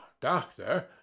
doctor